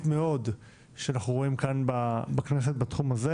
מאוד שאנחנו רואים כאן בכנסת בתחום הזה.